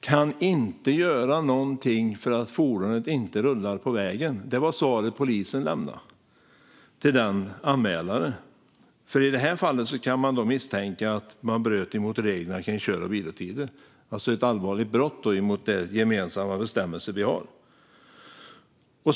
Till anmälaren lämnade polisen svaret att de inte kan göra någonting eftersom fordonet inte rullar på vägen. I detta fall kan man misstänka att ekipaget bröt mot reglerna för kör och vilotider, vilket alltså är ett allvarligt brott mot de gemensamma bestämmelser vi har.